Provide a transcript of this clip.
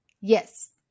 Yes